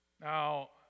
Now